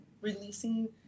releasing